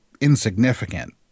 insignificant